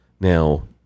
Now